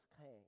came